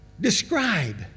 describe